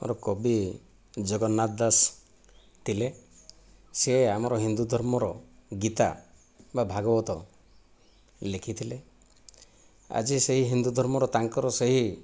ମୋର କବି ଜଗନ୍ନାଥ ଦାସ ଥିଲେ ସେ ଆମର ହିନ୍ଦୁ ଧର୍ମର ଗୀତା ବା ଭାଗବତ ଲେଖିଥିଲେ ଆଜି ସେହି ହିନ୍ଦୁ ଧର୍ମର ତାଙ୍କର ସେହି